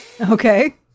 Okay